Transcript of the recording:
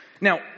Now